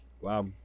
Wow